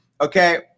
Okay